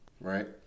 right